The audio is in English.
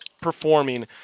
performing